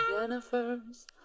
Jennifer's